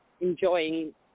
enjoying